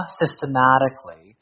systematically